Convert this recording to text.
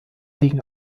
liegen